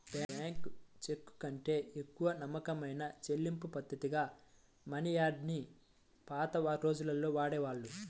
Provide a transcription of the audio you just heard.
bank చెక్కుకంటే ఎక్కువ నమ్మకమైన చెల్లింపుపద్ధతిగా మనియార్డర్ ని పాత రోజుల్లో వాడేవాళ్ళు